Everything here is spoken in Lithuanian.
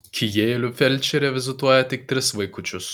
kijėlių felčerė vizituoja tik tris vaikučius